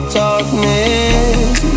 darkness